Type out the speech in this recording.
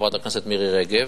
חברת הכנסת מירי רגב,